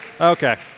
Okay